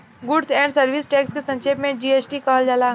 goods and service tax के संक्षेप में जी.एस.टी कहल जाला